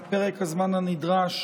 את פרק הזמן הנדרש